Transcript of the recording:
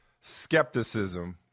skepticism